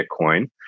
Bitcoin